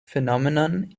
phenomenon